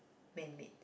man made